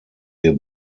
wir